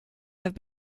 have